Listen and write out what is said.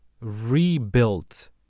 rebuilt